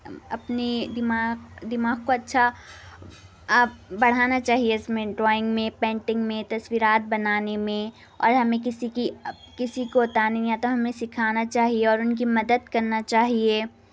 اپنی دماغ دماغ کو اچھا آپ بڑھانا چاہیے اس میں ڈرائنگ میں پینٹنگ میں تصویرات بنانے میں اور ہمیں کسی کی کسی کو آتا نہیں آتا ہمیں سکھانا چاہیے اور ان کی مدد کرنا چاہیے